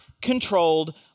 controlled